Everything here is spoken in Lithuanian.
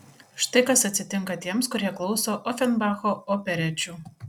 štai kas atsitinka tiems kurie klauso ofenbacho operečių